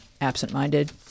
absent-minded